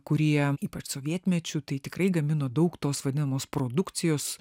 kurie ypač sovietmečiu tai tikrai gamino daug tos vadinamos produkcijos